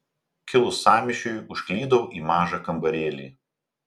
kilus sąmyšiui užklydau į mažą kambarėlį